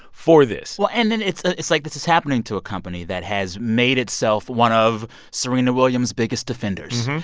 for this well, and then it's ah it's like, this is happening to a company that has made itself one of serena williams' biggest defenders.